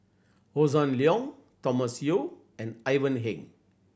Hossan Leong Thomas Yeo and Ivan Heng